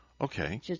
Okay